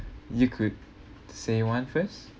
you could say one first